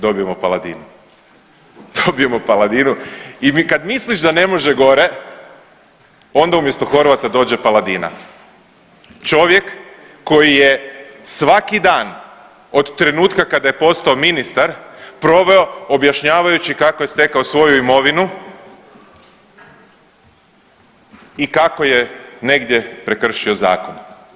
Dobijemo Paladinu, dobijemo Paladinu i kad misliš da ne može gore onda umjesto Horvata dođe Paladina, čovjek koji je svaki dan od trenutka kada je postao ministar proveo objašnjavajući kako je stekao svoju imovinu i kako je negdje prekršio zakon.